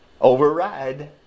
override